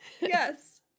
Yes